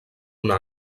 una